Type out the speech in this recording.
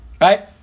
right